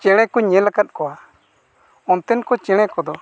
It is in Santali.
ᱪᱮᱬᱮ ᱠᱚᱧ ᱧᱮᱞ ᱟᱠᱟᱫ ᱠᱚᱣᱟ ᱚᱱᱛᱮᱱ ᱠᱚ ᱪᱮᱬᱮ ᱠᱚᱫᱚ